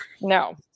No